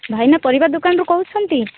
ଭାଇନା ପରିବା ଦୋକାନରୁ କହୁଛନ୍ତି